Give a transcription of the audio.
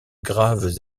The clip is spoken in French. graves